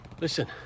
Listen